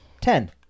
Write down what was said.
ten